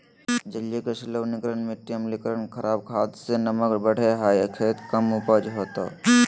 जलीय कृषि लवणीकरण मिटी अम्लीकरण खराब खाद से नमक बढ़े हइ खेत कम उपज होतो